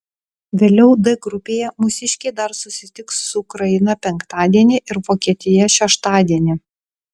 vėliau d grupėje mūsiškiai dar susitiks su ukraina penktadienį ir vokietija šeštadienį